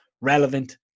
relevant